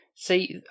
See